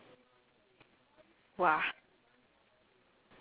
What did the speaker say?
wait yours is like one K or is it like nine hundred